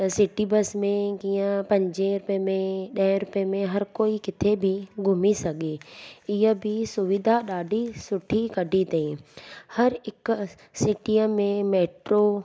त city bus में कीअं पंज रुपये में ॾह रुपये में हर कोई किते बि घुमी सघे इहा बि सुविधा ॾाढी सुठी कढी अथईं हर हिक सिटीअ में मेट्रो